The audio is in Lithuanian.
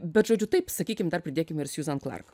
bet žodžiu taip sakykim dar pridėkim ir siuzan klark